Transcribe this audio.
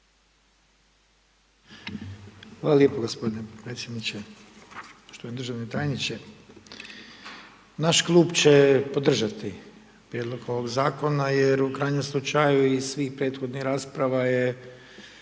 Hvala lijepo g. podpredsjedniče. Poštovani državni tajniče, naš klub će podržati prijedlog ovog Zakona jer u krajnjem slučaju iz svih prethodnih rasprava je